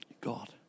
God